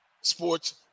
sports